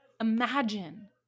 Imagine